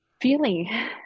feeling